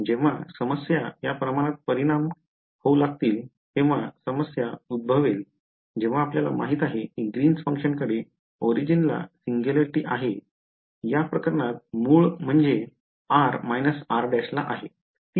जेव्हा समस्या या प्रमाणात परिमाण होऊ लागतील तेव्हा समस्या उद्भवेल जेव्हा आपल्याला माहित आहे की ग्रीन्स फंक्शन कडे origin ला सिंग्युलॅरिटी आहे या प्रकरणात मूळ म्हणजे r r' ला आहे